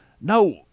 no